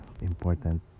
important